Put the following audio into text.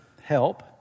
help